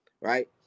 right